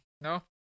No